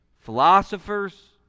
philosophers